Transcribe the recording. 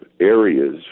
areas